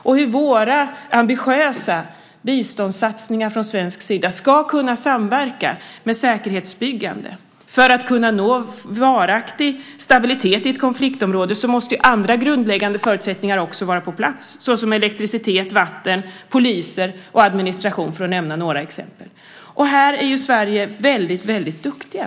Om våra ambitiösa biståndssatsningar från svensk sida ska kunna samverka med säkerhetsbyggande för att kunna nå varaktig stabilitet i ett konfliktområde så måste andra grundläggande förutsättningar också vara på plats, såsom elektricitet, vatten, poliser och administration, för att nämna några exempel. Här är ju Sverige väldigt duktigt.